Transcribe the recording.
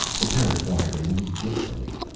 the turret wiring he did for me.